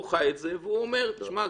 הוא חי את זה ואומר: שמע,